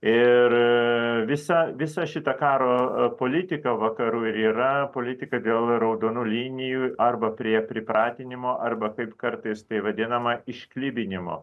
ir visą visą šitą karo politiką vakarų yra politika dėl raudonų linijų arba prie pripratinimo arba kaip kartais tai vadinama išklibinimo